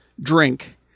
drink